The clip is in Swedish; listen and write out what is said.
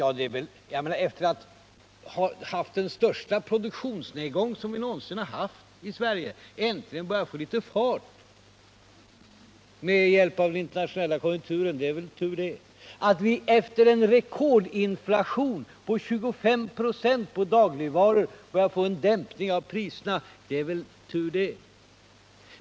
Ja, det är väl tur att vi efter att ha haft den största produktionsnedgång som vi någonsin har haft i Sverige äntligen börjar få litet fart med hjälp av den internationella konjunkturen liksom att vi efter den rekordinflation på 25 96 på dagligvaror börjar få en dämpning av priserna.